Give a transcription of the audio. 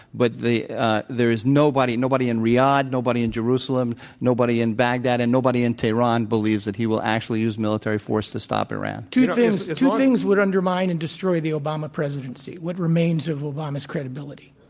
but there is nobody, nobody in riyadh nobody in jerusalem, nobody in baghdad, and nobody in tehran believes that he will actually use military force to stop iran. two things two things would undermine and destroy the obama presidency, what remains of obama's credibility.